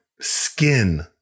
skin